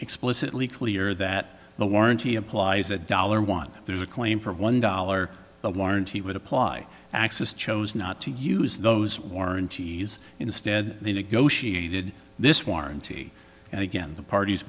explicitly clear that the warranty applies a dollar one there's a claim for a one dollar the warranty would apply axis chose not to use those warranties instead they negotiated this warranty and again the parties